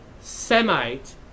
Semite